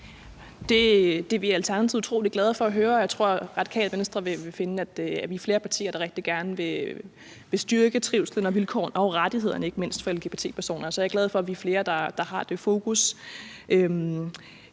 er vi i Alternativet utrolig glade for at høre, og jeg tror, at Radikale Venstre vil vi finde, at vi er flere partier, der rigtig gerne vil styrke trivslen, vilkårene og ikke mindst rettighederne for lgbt-personer. Så jeg er glad for, at vi er flere, der har det fokus.